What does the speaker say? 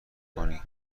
کنی